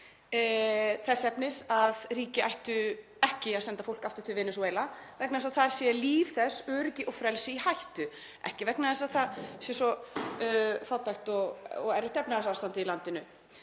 þess efnis að ríki ættu ekki að senda fólk aftur til Venesúela vegna þess að þar sé líf þess, öryggi og frelsi í hættu, ekki vegna þess að það sé svo mikil fátækt og erfitt efnahagsástand í landinu,